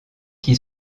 qui